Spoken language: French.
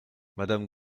madame